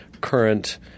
current